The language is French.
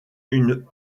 une